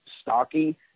stocky